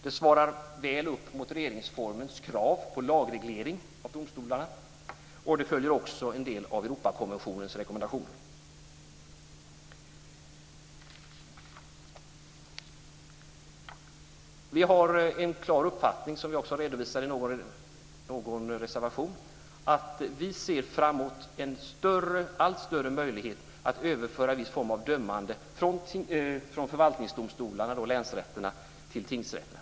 Det svarar mycket väl mot regeringsformens krav på lagreglering av domstolarna, och det följer också en del av Europakonventionens rekommendationer. Vi ser fram emot en allt större möjlighet att överföra viss form av dömande från förvaltningsdomstolarna, länsrätterna, till tingsrätterna.